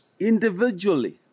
Individually